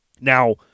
Now